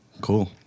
Cool